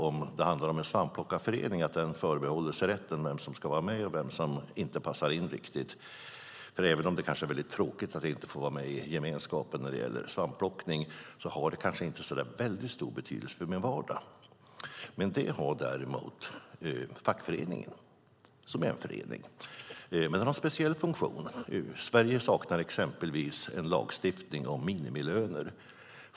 Om det handlar om en svampplockarförening som förbehåller sig rätten att avgöra vem som ska vara med och vem som inte riktigt passar in så har det inte så väldigt stor betydelse för min vardag, även om det kanske är tråkigt att inte få vara med i gemenskapen när det gäller svampplockning. Det har det däremot när det gäller fackföreningen, som ju är en förening med en speciell funktion. Sverige saknar exempelvis en lagstiftning om minimilöner.